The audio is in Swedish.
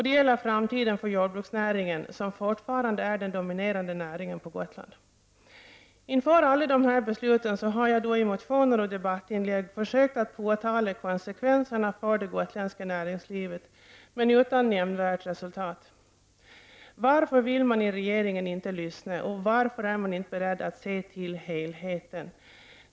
Det gäller framtiden för jordbruksnäringen, som fortfarande är den dominerande näringen på Inför alla dessa beslut har jag i motioner och debattinlägg försökt påtala konsekvenserna för det gotländska näringslivet, men utan nämnvärt resultat. Varför vill man i regeringen inte lyssna, varför är man inte beredd att se till helheten?